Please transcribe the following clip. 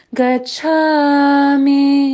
Gachami